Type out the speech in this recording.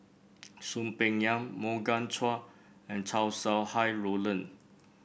Soon Peng Yam Morgan Chua and Chow Sau Hai Roland